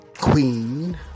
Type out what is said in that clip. queen